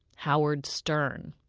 howard stern.